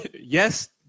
Yes